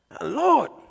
Lord